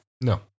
No